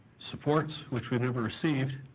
supports, which we never received,